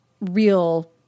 real